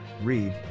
Read